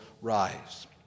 rise